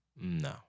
No